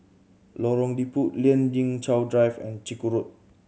Lorong Liput Lien Ying Chow Drive and Chiku Road